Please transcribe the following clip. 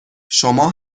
شما